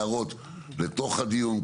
הערות לתוך הדיון.